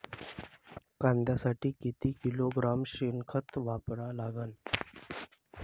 कांद्यासाठी किती किलोग्रॅम शेनखत वापरा लागन?